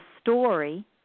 story